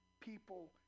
people